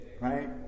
right